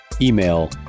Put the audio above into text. email